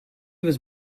was